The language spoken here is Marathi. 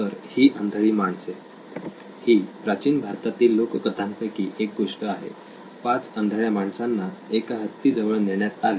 तर ही आंधळी माणसे ही प्राचीन भारतातील लोककथांपैकी एक गोष्ट आहे पाच आंधळ्या माणसांना एका हत्ती जवळ नेण्यात आले